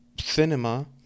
cinema